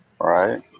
Right